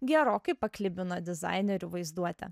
gerokai paklibino dizainerių vaizduotę